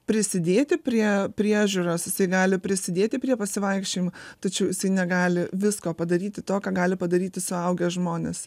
prisidėti prie priežiūros jisai gali prisidėti prie pasivaikščiojimų tačiau jisai negali visko padaryti to ką gali padaryti suaugę žmonės